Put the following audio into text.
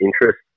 interest